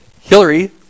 Hillary